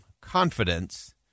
confidence